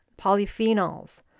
polyphenols